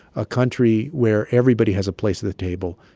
a country where everybody has a place at the table,